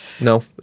No